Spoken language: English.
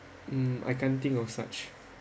mm I can think of such